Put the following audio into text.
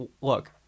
Look